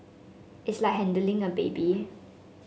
it's like handling a baby